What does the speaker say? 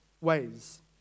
ways